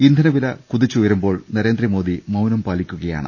ഇന്ധനവില കുതിച്ചുയരുമ്പോൾ നരേന്ദ്രമോദി മൌനം പാലി ക്കുകയാണ്